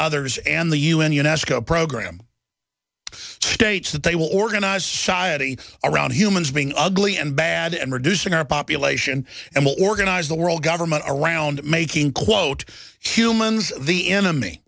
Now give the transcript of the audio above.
others and the un unesco programme states that they will organize shi'a to around humans being ugly and bad and reducing our population and will organize the world government around making quote humans the enemy